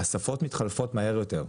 השפות מתחלפות מהר יותר.